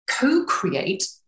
co-create